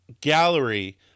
gallery